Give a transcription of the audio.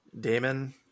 Damon